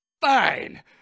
fine